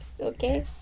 Okay